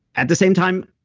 at the same time,